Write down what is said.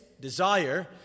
desire